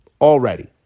already